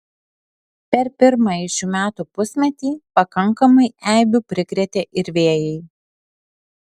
per pirmąjį šių metų pusmetį pakankamai eibių prikrėtė ir vėjai